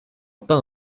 pas